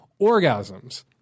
orgasms